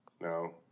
no